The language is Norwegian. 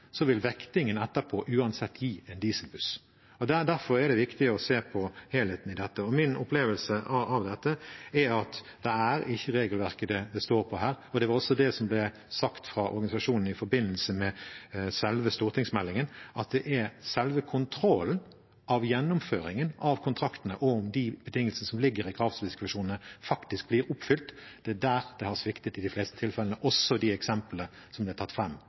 viktig å se på helheten i dette, og min opplevelse av dette er at det ikke er regelverket det står på her. Det var også det som ble sagt av organisasjonene i forbindelse med arbeidet med selve stortingsmeldingen: Det er i selve kontrollen av gjennomføringen av kontraktene og om de betingelsene som ligger i kravspesifikasjonene, faktisk blir oppfylt, det har sviktet i de fleste tilfellene, også i de eksemplene som har blitt nevnt her fra talerstolen. Det er